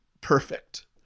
perfect